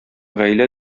гаилә